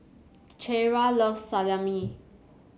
Ciera loves Salami